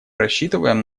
рассчитываем